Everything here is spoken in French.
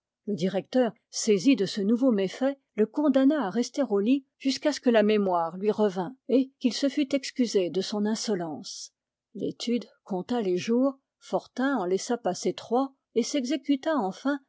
le directeur saisi de ce nouveau méfait le condamna à rester au lit jusqu'à ce que la mémoire lui revînt et qu'il se fût excusé de son insolence l'étude compta les jours fortin en laissa passer trois et s'exécuta enfin